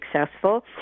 successful